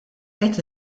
qed